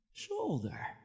shoulder